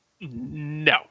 No